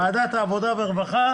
ועדת העבודה והרווחה